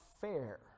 fair